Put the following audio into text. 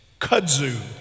kudzu